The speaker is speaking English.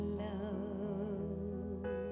love